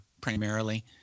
primarily